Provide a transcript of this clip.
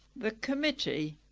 the committee,